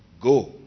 Go